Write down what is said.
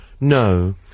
no